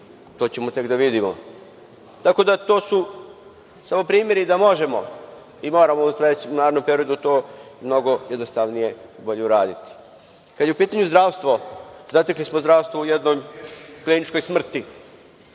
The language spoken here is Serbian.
to ćemo tek da vidimo. To su samo primeri da možemo i moramo u narednom periodu to mnogo jednostavnije i bolje uraditi. Kada je u pitanju zdravstvo, zatekli smo zdravstvo u jednoj kliničkoj smrti.